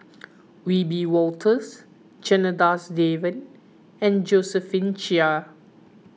Wiebe Wolters Janadas Devan and Josephine Chia